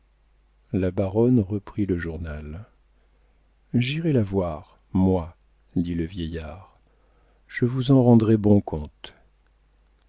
la baronne reprit le journal j'irai la voir moi dit le vieillard je vous en rendrai compte